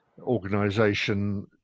organization